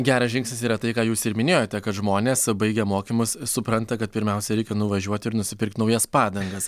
geras žingsnis yra tai ką jūs ir minėjote kad žmonės baigę mokymus supranta kad pirmiausia reikia nuvažiuot ir nusipirkt naujas padangas